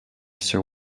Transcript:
sir